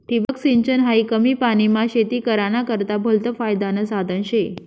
ठिबक सिंचन हायी कमी पानीमा शेती कराना करता भलतं फायदानं साधन शे